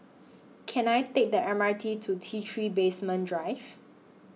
Can I Take The M R T to T three Basement Drive